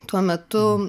tuo metu